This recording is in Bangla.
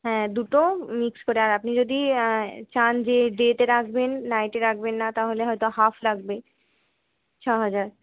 হ্যাঁ দুটো মিক্স করে আর আপনি যদি চান যে ডেতে রাখবেন নাইটে রাখবেন না তাহলে হয়তো হাফ লাগবে ছহাজার